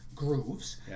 Grooves